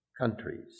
countries